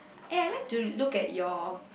eh I like to look at your